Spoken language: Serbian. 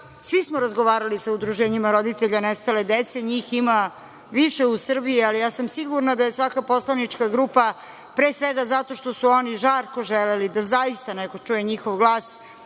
svi smo razgovarali sa udruženjima roditelja nestale dece, njih ima više u Srbiji, ali ja sam sigurna da je svaka poslanička grupa, pre svega zato što su oni žarko želeli da zaista neko čuje njihov glas,